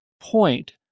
point